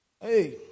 Hey